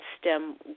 stem